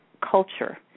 culture